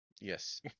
yes